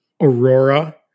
Aurora